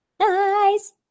Nice